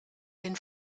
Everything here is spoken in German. den